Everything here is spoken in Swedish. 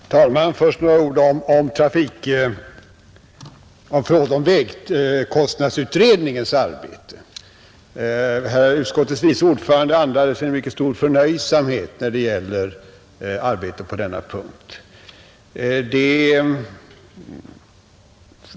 Fru talman! Först några ord om vägkostnadsutredningens arbete. Utskottets vice ordförande andades en mycket stor förnöjsamhet när det gällde arbetet på denna punkt.